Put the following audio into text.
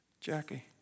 Jackie